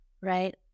right